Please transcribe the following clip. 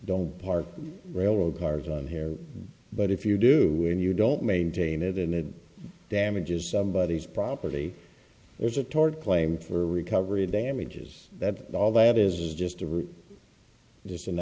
don't park royal garden here but if you do when you don't maintain it and it damages somebody is property there's a tort claim for recovery damages that's all that is just a just an